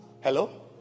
hello